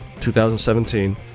2017